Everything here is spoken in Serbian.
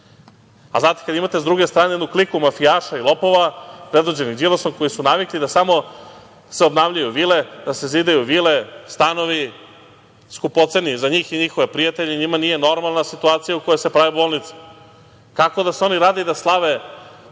Znate, kada imate sa druge strane jednu kliku mafijaša i lopova, predvođeni Đilasom koji su navikli da se samo obnavljaju vile, da se zidaju vile, stanovi, skupoceni za njih i njihove prijatelje, i njima nije normalna situacija u kojoj se prave bolnice. Kako da se oni raduju i da slave